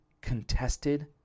contested